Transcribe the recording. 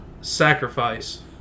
Sacrifice